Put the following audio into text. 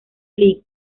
league